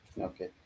Okay